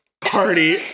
party